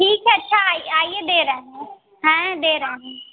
ठीक है अच्छा आइए दे रहे हैं हाँ दे रहे हैं